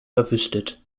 verwüstet